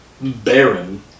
Baron